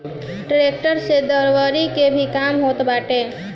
tractor से दवरी के भी काम होत बाटे